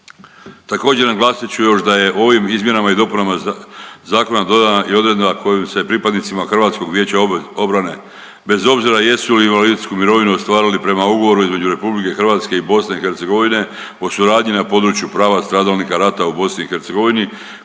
Također, naglasit ću još da je ovim izmjenama i dopunama zakona dodana i odredba kojom se pripadnicima HVO-a, bez obzira jesu li invalidsku mirovinu ostvarili prema ugovoru između RH i BiH o suradnji na području prava stradalnika rata u BiH koji